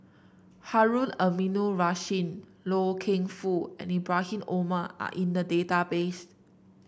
Harun Aminurrashid Loy Keng Foo and Ibrahim Omar are in the database